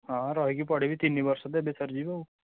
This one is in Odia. ହଁ ରହିକି ପଢ଼ିବି ତିନି ବର୍ଷ ତ ଏବେ ସରିଯିବା ଆଉ